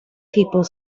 people